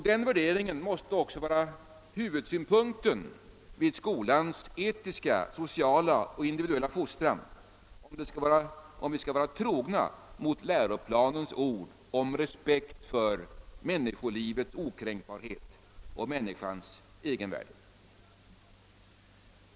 Denna värdering måste även vara huvudsynpunkten vid skolans etiska, sociala och individuella fostran om vi skall vara trogna mot läroplanens ord om respekt för människolivets okränkbarhet och människans egenvärde.